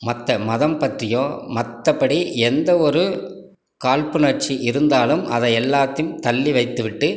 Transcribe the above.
மற்ற மதம் பற்றியோ மற்றப்படி எந்த ஒரு காழ்ப்புணர்ச்சி இருந்தாலும் அதை எல்லாத்தையும் தள்ளி வைத்து விட்டு